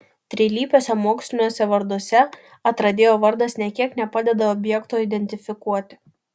trilypiuose moksliniuose varduose atradėjo vardas nė kiek nepadeda objekto identifikuoti